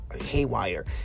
haywire